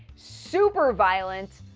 super violent,